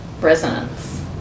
resonance